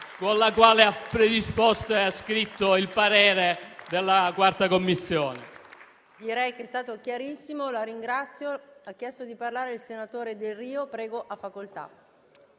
con la quale ha predisposto e ha scritto il parere della 4a Commissione. PRESIDENTE. Direi che è stato chiarissimo, la ringrazio. È iscritto a parlare il senatore Delrio. Ne ha facoltà.